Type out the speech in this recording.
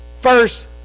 first